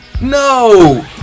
No